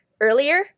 earlier